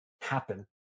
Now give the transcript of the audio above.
happen